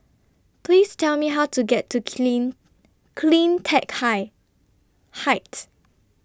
Please Tell Me How to get to Clean CleanTech High Height